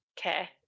Okay